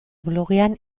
blogean